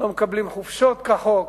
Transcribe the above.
לא מקבלים חופשות כחוק,